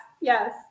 yes